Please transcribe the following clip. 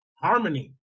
harmony